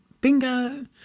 bingo